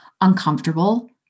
uncomfortable